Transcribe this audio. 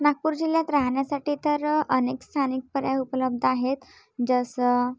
नागपूर जिल्ह्यात राहण्यासाठी तर अनेक स्थानिक पर्याय उपलब्ध आहेत जसं